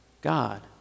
God